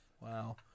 Wow